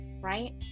right